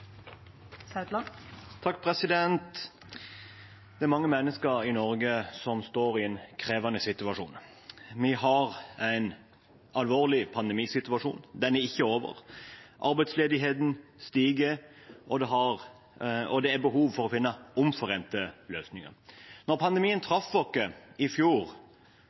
bak merknaden. Det er mange mennesker i Norge som står i en krevende situasjon. Vi har en alvorlig pandemisituasjon – den er ikke over. Arbeidsledigheten stiger, og det er behov for å finne omforente løsninger. Da pandemien traff oss i fjor,